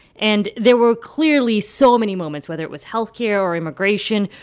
and there were clearly so many moments, whether it was health care or immigration,